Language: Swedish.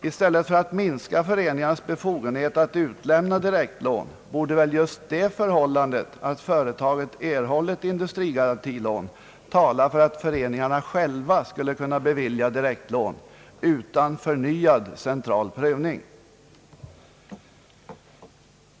I stället för att minska föreningarnas befogenheter att utlämna direktån borde just det förhållandet att företaget erhållit industrigarantilån tala för att föreningarna själva skulle kunna bevilja direktlån utan förnyad central prövning.